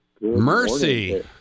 Mercy